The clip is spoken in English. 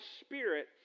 Spirit